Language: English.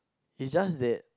is just that